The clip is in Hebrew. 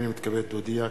הנני מתכבד להודיע,